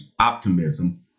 optimism